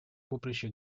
поприще